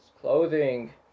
clothing